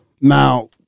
Now